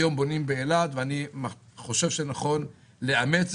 היום בונים באילת, ואני חושב שנכון לאמץ.